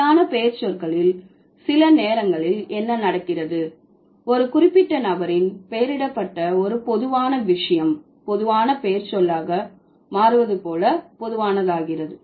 சரியான பெயர்ச்சொற்களில் சில நேரங்களில் என்ன நடக்கிறது ஒரு குறிப்பிட்ட நபரின் பெயரிடப்பட்ட ஒரு பொதுவான விஷயம் பொதுவான பெயர்ச்சொல்லாக மாறுவது போல பொதுவானதாகிறது